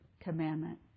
commandment